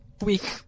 Weak